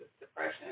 depression